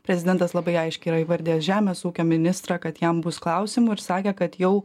prezidentas labai aiškiai yra įvardijęs žemės ūkio ministrą kad jam bus klausimų ir sakė kad jau